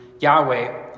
Yahweh